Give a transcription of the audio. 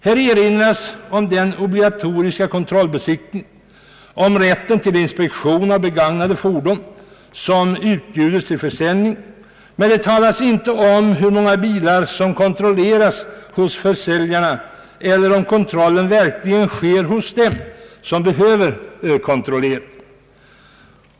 Här erinras om den obligatoriska kontrollbesiktningen och rätten till inspektion av begagnade fordon som utbjudes till försäljning, men det talas inte om hur många bilar som kontrolleras hos försäljarna eller huruvida kontrollen verkligen sker hos dem som behöver kontrolleras.